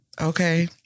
Okay